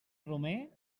romer